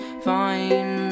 fine